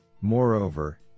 Moreover